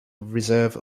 reserve